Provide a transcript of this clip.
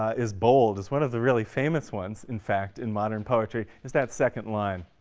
is bold it's one of the really famous ones, in fact, in modern poetry is that second line,